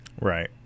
Right